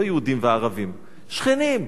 לא יהודים וערבים, שכנים.